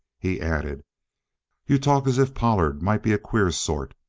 he added you talk as if pollard might be a queer sort.